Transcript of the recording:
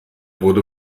wurde